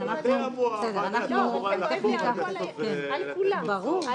לא --- על כולם, על כולם.